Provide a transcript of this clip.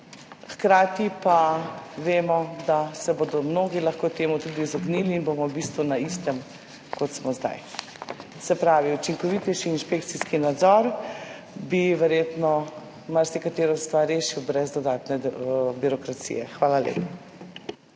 hkrati pa vemo, da se bodo mnogi lahko temu tudi izognili in bomo v bistvu na istem, kot smo zdaj. Se pravi, učinkovitejši inšpekcijski nadzor bi verjetno rešil marsikatero stvar brez dodatne birokracije. Hvala lepa.